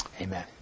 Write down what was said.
Amen